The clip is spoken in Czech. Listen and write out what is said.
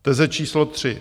Teze číslo tři.